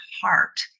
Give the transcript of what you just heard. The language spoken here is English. heart